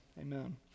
Amen